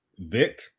Vic